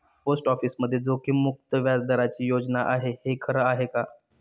Post ऑफिसमध्ये जोखीममुक्त व्याजदराची योजना आहे, हे खरं आहे का?